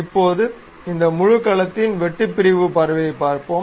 இப்போது இந்த முழு கலத்தின் வெட்டு பிரிவு பார்வையைப் பார்ப்போம்